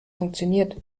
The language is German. funktioniert